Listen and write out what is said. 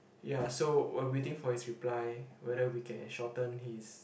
ya so while waiting for his reply whether we can shorten his